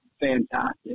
fantastic